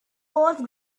coarse